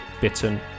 Bitten